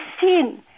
sin